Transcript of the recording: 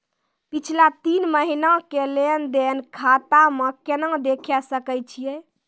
पिछला तीन महिना के लेंन देंन खाता मे केना देखे सकय छियै?